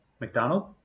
McDonald